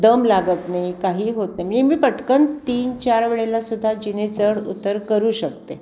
दम लागत नाही काहीही होत नाही म्हणजे मी पटकन तीन चार वेळेला सुद्धा जिने चढ उतर करू शकते